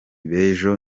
b’ejo